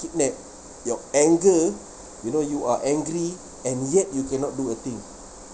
kidnap your anger you know you are angry and yet you cannot do a thing